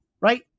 Right